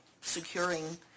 securing